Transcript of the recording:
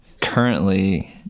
Currently